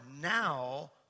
now